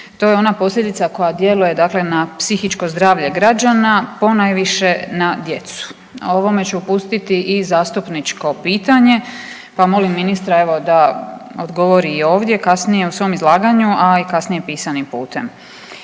to je onda posljedica koja djeluje dakle na psihičko zdravlje građana, ponajviše na djecu. O ovome ću pustiti i zastupničko pitanje pa molim ministra da odgovori i ovdje kasnije u svom izlaganju, a i kasnije pisanim putem.